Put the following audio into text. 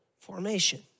formation